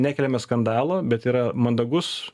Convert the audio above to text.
nekeliame skandalo bet yra mandagus